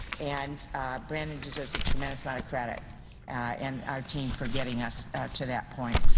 and brandon deserves a tremendous amount of credit and our team for getting us to that point.